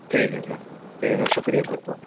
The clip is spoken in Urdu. ٹھیک ہے سر ٹھیک ہے سر شکریہ بہت بہت